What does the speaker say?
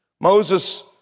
Moses